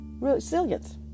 resilience